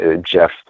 Jeff